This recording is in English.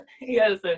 Yes